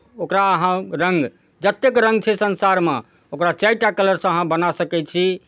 ओकरा अहाँ रङ्ग जतेक रङ्ग छै संसारमे ओकरा चारि टा कलरसँ अहाँ बना सकै छी